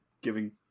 Giving